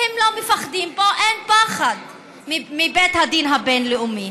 הם לא מפחדים, פה אין פחד מבית הדין הבין-לאומי.